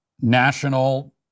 national